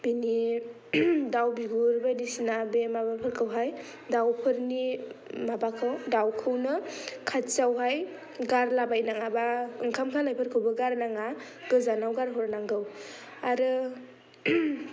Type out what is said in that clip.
बिनि दाउ बिगुर बायदिसिना बे माबाफोरखौहाइ दाउफोरनि माबाखौ दाउखौनो खाथियावहाय गारला बायनाङा बा ओंखाम खालाय फोरखौबो गारनाङा गोजानाव गारहरनांगौ आरो